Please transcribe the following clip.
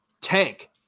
Tank